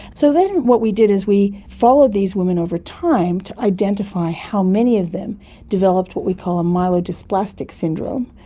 so then what we did is we follow these women over time to identify how many of them developed what we call a myelodysplastic syndrome,